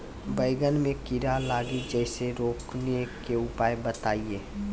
बैंगन मे कीड़ा लागि जैसे रोकने के उपाय बताइए?